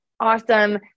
awesome